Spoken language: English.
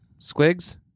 Squigs